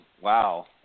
Wow